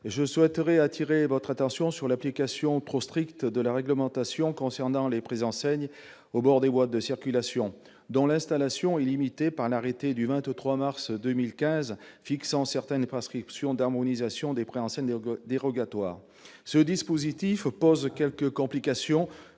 Je souhaiterais appeler l'attention sur l'application trop stricte de la réglementation concernant les préenseignes au bord des voies de circulation, dont l'installation est limitée par l'arrêté du 23 mars 2015 fixant certaines prescriptions d'harmonisation des préenseignes dérogatoires. La mise en oeuvre de ce dispositif